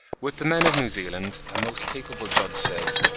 with the men of new zealand, a most capable judge says,